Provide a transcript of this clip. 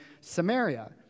Samaria